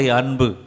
anbu